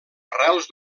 arrels